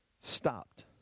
stopped